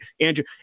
Andrew